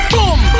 Boom